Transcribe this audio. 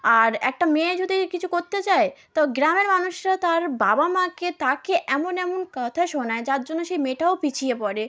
আর একটা মেয়ে যদি কিছু করতে চায় তো গ্রামের মানুষরা তার বাবা মাকে তাকে এমন এমন কথা শোনায় যার জন্য সে মেয়েটাও পিছিয়ে পড়ে